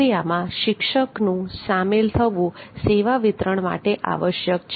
પ્રક્રિયામાં શિક્ષકનું સામેલ થવું સેવા વિતરણ માટે આવશ્યક છે